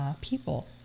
people